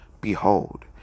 behold